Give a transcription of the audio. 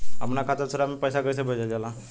अपना खाता से दूसरा में पैसा कईसे भेजल जाला?